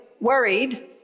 worried